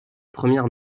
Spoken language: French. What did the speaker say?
première